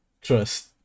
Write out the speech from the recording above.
Trust